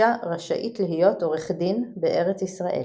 "אישה רשאית להיות עורך דין בארץ ישראל".